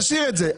תשאיר את זה,